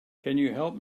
help